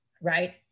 right